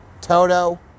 Toto